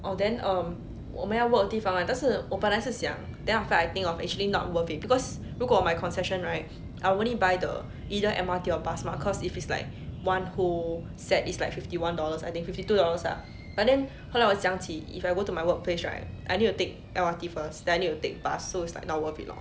oh then um 我们要 work 的地方但是我本来是想 then after I think of actually not worth it because 如果我买 concession right I will only buy the either M_R_T or bus mah cause if it's like one whole set is like fifty one dollars I think fifty two dollars ah but then 后来我想起 if I go to my workplace right I need to take L_R_T first then I need to take bus so it's like not worth it lor